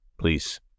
Please